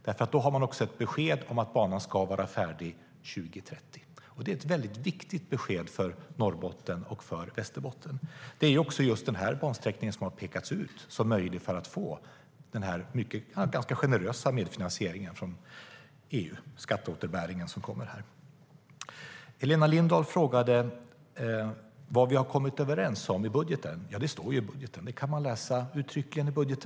Då har man nämligen också ett besked om att banan ska vara färdig 2030, och det är ett väldigt viktigt besked för Norrbotten och Västerbotten. Det är också just den här bansträckningen som har pekats ut som möjlig för att få den ganska generösa medfinansieringen, skatteåterbäringen, från EU.Helena Lindahl frågade vad vi har kommit överens om i budgeten. Det står uttryckligen i budgeten, så det kan man läsa där.